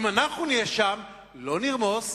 אם אנחנו נהיה שם לא נרמוס,